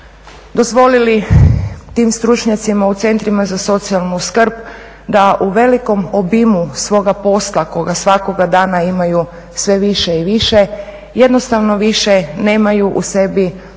dozvolili tim stručnjacima u centrima za socijalnu skrb da u velikom obimu svoga posla koga svakoga dana imaju sve više i više jednostavno više nemaju u sebi dovoljno